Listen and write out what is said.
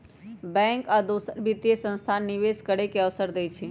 bank आ दोसर वित्तीय संस्थान निवेश करे के अवसर देई छई